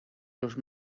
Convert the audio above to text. los